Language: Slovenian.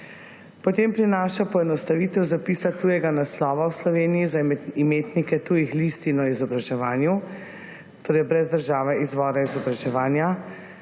Potem prinaša poenostavitev zapisa tujega naslova v Sloveniji za imetnike tujih listin o izobraževanju, torej brez države izvora izobraževanja.